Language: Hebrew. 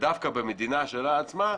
ודווקא במדינה שלה עצמה,